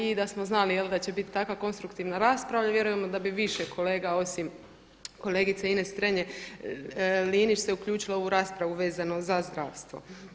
I da smo znali da će biti takva konstruktivna rasprava, vjerujemo da bi više kolega osim kolegice Ines Strenje-Linić se uključilo u raspravu vezano za zdravstvo.